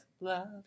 love